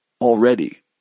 already